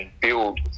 build